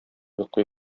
йоклый